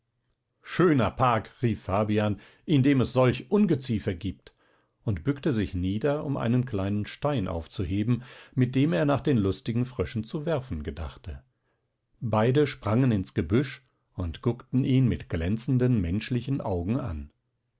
schöner park rief fabian in dem es solch ungeziefer gibt und bückte sich nieder um einen kleinen stein aufzuheben mit dem er nach den lustigen fröschen zu werfen gedachte beide sprangen ins gebüsch und guckten ihn mit glänzenden menschlichen augen an